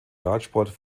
radsport